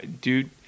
Dude